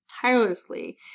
tirelessly